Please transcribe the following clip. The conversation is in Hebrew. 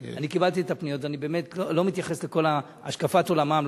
אני קיבלתי את הפניות ואני באמת לא מתייחס לכל השקפת עולמם,